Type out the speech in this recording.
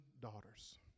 daughters